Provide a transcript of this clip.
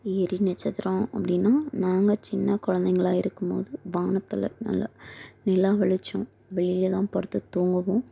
எரி நட்சத்திரம் அப்படினா நாங்கள் சின்னக் குழந்தைங்களா இருக்கும்போது வானத்தில் நல்ல நிலா வெளிச்சம் வெளில தான் படுத்துத் தூங்குவோம்